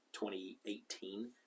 2018